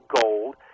gold